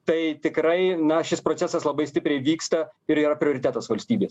tai tikrai na šis procesas labai stipriai vyksta ir yra prioritetas valstybės